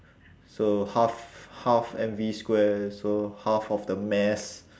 so half half M V square so half of the mass